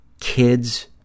kids